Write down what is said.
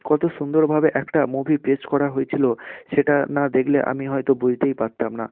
কত সুন্দরভাবে একটা মুভি প্লেস করা হয়েছিল সেটা না দেখলে আমি হয়তো বুঝতেই পারতাম না